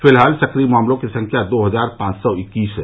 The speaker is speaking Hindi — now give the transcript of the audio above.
फिलहाल सक्रिय मामलों की संख्या दो हजार पांच सौ इक्कीस है